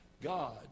God